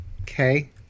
Okay